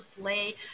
play